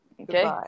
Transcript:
Okay